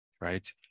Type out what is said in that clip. right